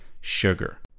sugar